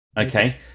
Okay